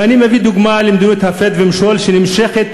ואני מביא דוגמה למדיניות הפרד ומשול שנמשכת,